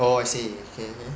oh I see okay